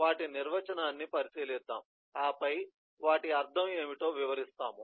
వాటి నిర్వచనాన్ని పరిశీలిద్దాం ఆపై వాటి అర్థం ఏమిటో వివరిస్తాము